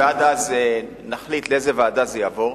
ועד אז נחליט לאיזו ועדה זה יעבור.